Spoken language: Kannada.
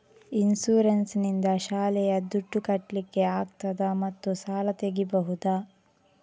ಇನ್ಸೂರೆನ್ಸ್ ನಿಂದ ಶಾಲೆಯ ದುಡ್ದು ಕಟ್ಲಿಕ್ಕೆ ಆಗ್ತದಾ ಮತ್ತು ಸಾಲ ತೆಗಿಬಹುದಾ?